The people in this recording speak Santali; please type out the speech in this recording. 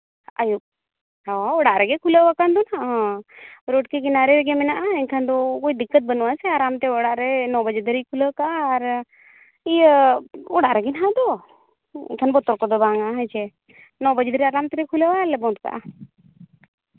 ᱟᱹᱭᱩᱵ ᱦᱚᱸ ᱚᱲᱟᱜ ᱨᱮᱜᱮ ᱠᱷᱩᱞᱟᱹᱣ ᱟᱠᱟᱱ ᱫᱚᱦᱟᱸᱜ ᱨᱳᱰ ᱠᱤᱱᱟᱨᱮ ᱨᱮᱜᱮ ᱢᱮᱱᱟᱜᱼᱟ ᱮᱱᱠᱷᱟᱱ ᱫᱚ ᱠᱳᱭ ᱫᱤᱠᱠᱚᱛ ᱵᱟᱹᱱᱩᱜᱼᱟ ᱥᱮ ᱟᱨ ᱟᱢᱛᱮ ᱟᱲᱟᱜ ᱨᱮ ᱱᱚ ᱵᱟᱡᱮ ᱫᱷᱟᱹᱵᱤᱡ ᱠᱷᱩᱞᱟᱹᱣ ᱠᱟᱜᱼᱟ ᱟᱨ ᱤᱭᱟᱹ ᱚᱲᱟᱜ ᱨᱮᱜᱮ ᱦᱮᱱᱟᱜ ᱫᱚ ᱮᱱᱠᱷᱟᱱ ᱵᱚᱛᱚᱨ ᱠᱚᱫᱚ ᱵᱟᱝᱼᱟ ᱦᱮᱸᱥᱮ ᱱᱚ ᱵᱟᱡᱮ ᱫᱷᱟᱹᱵᱤᱡ ᱟᱨᱟᱢ ᱛᱮᱞᱮ ᱠᱷᱩᱞᱟᱹᱣᱟ ᱟᱨ ᱞᱮ ᱵᱚᱱᱫᱽ ᱠᱟᱜᱼᱟ